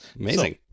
Amazing